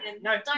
No